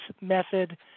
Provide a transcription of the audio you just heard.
method